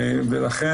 ולכן,